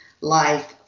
life